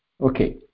Okay